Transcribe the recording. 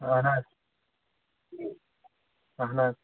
اَہَن حظ اَہَن حظ